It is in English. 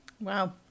Wow